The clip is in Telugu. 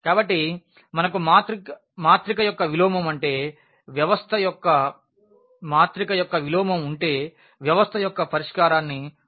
కాబట్టి మనకు మాత్రిక యొక్క విలోమం ఉంటే వ్యవస్థ యొక్క పరిష్కారాన్ని సులభంగా వ్రాయవచ్చు